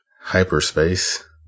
hyperspace